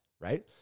right